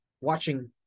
watching